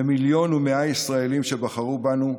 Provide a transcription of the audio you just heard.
למיליון ו-100,000 האזרחים שבחרו בנו,